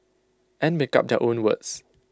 and make up their own words